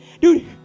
dude